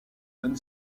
don